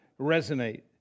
resonate